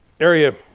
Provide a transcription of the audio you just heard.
area